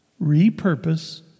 Repurpose